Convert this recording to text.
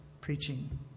preaching